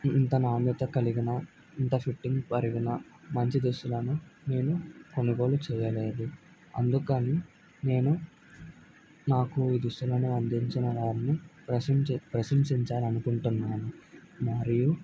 ఇంత నాణ్యత కలిగిన ఇంత ఫిట్టింగ్ పరిగిన మంచి దుస్తులను నేను కొనుగోలు చేయలేదు అందుకని నేను నాకు ఈ దుస్తులను అందించిన వారిని ప్రశించ ప్రశంసించాలనుకుంటున్నాను మరియు